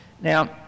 Now